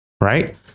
right